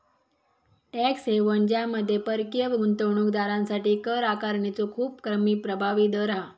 tax haven ज्यामध्ये परकीय गुंतवणूक दारांसाठी कर आकारणीचो खूप कमी प्रभावी दर हा